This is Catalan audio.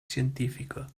científica